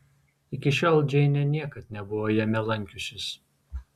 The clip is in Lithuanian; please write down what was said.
iki šiol džeinė niekad nebuvo jame lankiusis